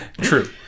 True